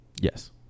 Yes